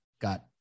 got